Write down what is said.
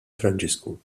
franġisku